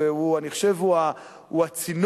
ואני חושב שהוא הצינור,